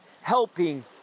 helping